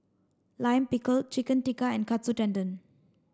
Lime Pickle Chicken Tikka and Katsu Tendon